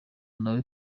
nawe